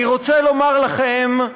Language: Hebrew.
אני רוצה לומר לכם,